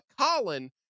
Colin